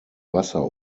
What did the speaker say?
wasser